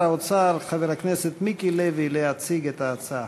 האוצר חבר הכנסת מיקי לוי להציג את ההצעה.